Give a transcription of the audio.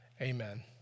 Amen